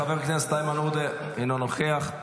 חבר הכנסת איימן עודה, אינו נוכח.